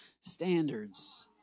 standards